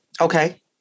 Okay